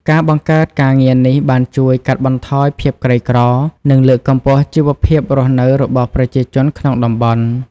ការបង្កើតការងារនេះបានជួយកាត់បន្ថយភាពក្រីក្រ និងលើកកម្ពស់ជីវភាពរស់នៅរបស់ប្រជាជនក្នុងតំបន់។